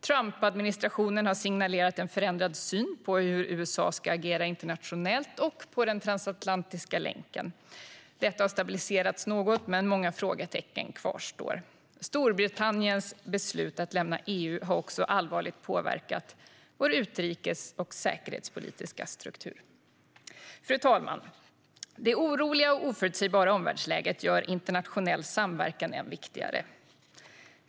Trumpadministrationen har signalerat en förändrad syn på hur USA ska agera internationellt och på den transatlantiska länken. Detta har stabiliserats något, men många frågetecken kvarstår. Storbritanniens beslut att lämna EU har också allvarligt påverkat vår utrikes och säkerhetspolitiska struktur. Fru talman! Det oroliga och oförutsägbara omvärldsläget gör internationell samverkan än viktigare.